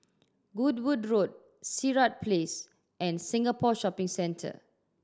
Goodwood Road Sirat Place and Singapore Shopping Centre